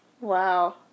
Wow